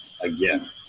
again